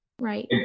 right